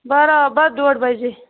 بَرابد ڈوٚڈ بجے